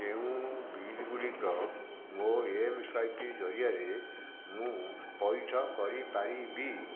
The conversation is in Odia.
କେଉଁ ବିଲ୍ଗୁଡ଼ିକ ମୋ ଏମ୍ ସ୍ୱାଇପ୍ ଜରିଆରେ ମୁଁ ପଇଠ କରିପାରିବି